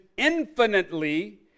infinitely